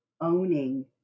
owning